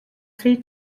three